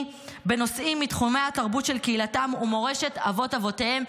בנושאים מתחומי התרבות של קהילתם ומורשת אבות אבותיהם.